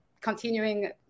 continuing